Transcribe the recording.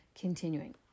Continuing